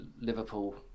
Liverpool